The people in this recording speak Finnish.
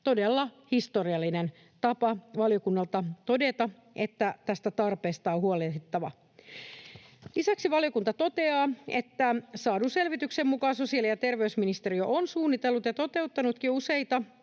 todella historiallinen tapa valiokunnalta todeta, että tästä tarpeesta on huolehdittava. Lisäksi valiokunta toteaa, että saadun selvityksen mukaan sosiaali- ja terveysministeriö on suunnitellut ja toteuttanutkin jo useita